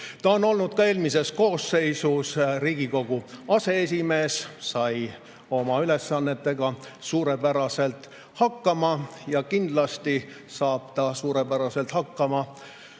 Ta on olnud eelmises koosseisus Riigikogu aseesimees, sai oma ülesannetega suurepäraselt hakkama ja kindlasti saab ta suurepäraselt hakkama